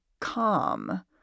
calm